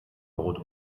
brot